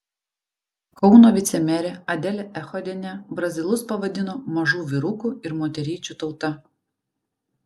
kauno vicemerė adelė echodienė brazilus pavadino mažų vyrukų ir moteryčių tauta